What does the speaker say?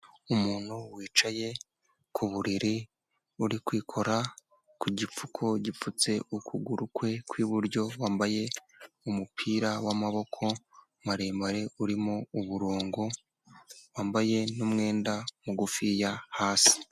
Umuntu wicaye ku buriri, uri kwikora ku gipfuko gipfutse ukuguru kwe kw'iburyo. Wambaye umupira w'amaboko maremare urimo umurongo, wambaye n'umwenda mugufiya hasi.